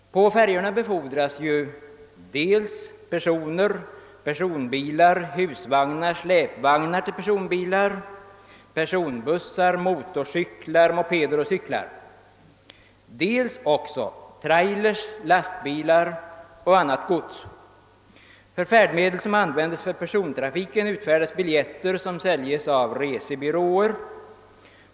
På färjorna befordras dels personer, personbilar, husvagnar, släpvagnar till personbilar, personbussar, motorcyklar, mopeder och cyklar, dels också trailers, lastbilar och annat gods. För färdmedel som användes för persontrafik utfärdas biljetter som säljes av resebyråer.